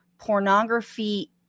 Pornography